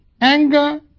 Anger